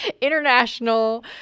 International